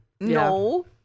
no